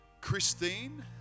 Christine